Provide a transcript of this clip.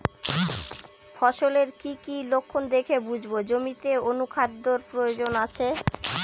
ফসলের কি কি লক্ষণ দেখে বুঝব জমিতে অনুখাদ্যের প্রয়োজন আছে?